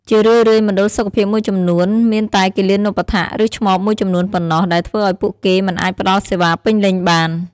ជារឿយៗ មណ្ឌលសុខភាពមួយចំនួនមានតែគិលានុបដ្ឋាក ឬឆ្មបមួយចំនួនប៉ុណ្ណោះ ដែលធ្វើឱ្យពួកគេមិនអាចផ្តល់សេវាពេញលេញបាន។